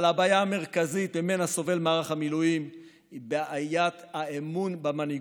אבל הבעיה המרכזית שממנה סובל מערך המילואים היא בעיית האמון במנהיגות,